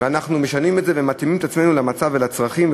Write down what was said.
ואנחנו משנים את זה ומתאימים את עצמנו למצב ולצרכים,